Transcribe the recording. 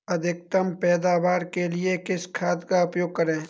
अधिकतम पैदावार के लिए किस खाद का उपयोग करें?